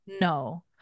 No